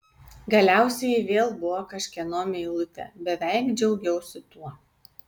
galiausiai ji vėl buvo kažkieno meilutė beveik džiaugiausi tuo